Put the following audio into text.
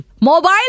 mobile